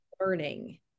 learning